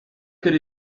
could